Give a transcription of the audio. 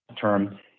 term